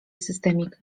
systemik